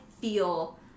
feel